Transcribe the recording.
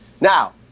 Now